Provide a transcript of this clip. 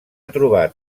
trobat